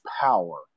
power